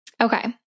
Okay